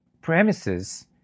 premises